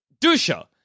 Dusha